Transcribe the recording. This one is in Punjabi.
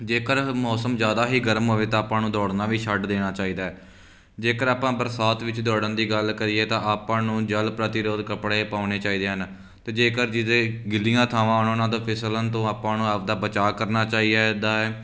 ਜੇਕਰ ਮੌਸਮ ਜ਼ਿਆਦਾ ਹੀ ਗਰਮ ਹੋਵੇ ਤਾਂ ਆਪਾਂ ਨੂੰ ਦੌੜਨਾ ਵੀ ਛੱਡ ਦੇਣਾ ਚਾਹੀਦਾ ਜੇਕਰ ਆਪਾਂ ਬਰਸਾਤ ਵਿੱਚ ਦੌੜਨ ਦੀ ਗੱਲ ਕਰੀਏ ਤਾਂ ਆਪਾਂ ਨੂੰ ਜਲ ਪ੍ਰਤਿਰੋਧ ਕੱਪੜੇ ਪਾਉਣੇ ਚਾਹੀਦੇ ਹਨ ਅਤੇ ਜੇਕਰ ਜਿਹਦੇ ਗਿੱਲੀਆਂ ਥਾਵਾਂ ਉਹਨਾਂ ਦਾ ਫਿਸਲਣ ਤੋਂ ਆਪਾਂ ਨੂੰ ਆਪਦਾ ਬਚਾਅ ਕਰਨਾ ਚਾਹੀਦਾ ਹੈ